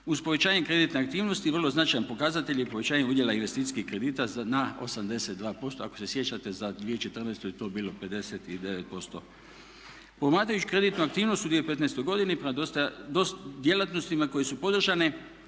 Uz povećanje kreditne aktivnosti vrlo značajan pokazatelj je povećanje udjela investicijskih kredita na 82%, ako se sjećate za 2014.je to bilo 59%. Promatrajući kreditnu aktivnost u 2015.godini prema djelatnostima koje su podržane